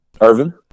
Irvin